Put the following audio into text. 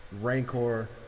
rancor